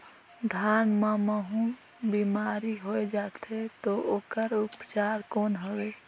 धान मां महू बीमारी होय जाथे तो ओकर उपचार कौन हवे?